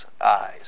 eyes